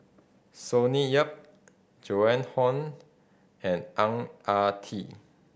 Sonny Yap Joan Hon and Ang Ah Tee